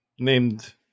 Named